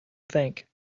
think